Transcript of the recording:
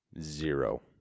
zero